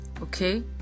okay